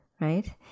right